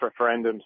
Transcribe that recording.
referendums